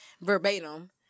verbatim